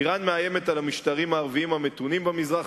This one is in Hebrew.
אירן מאיימת על המשטרים הערביים המתונים במזרח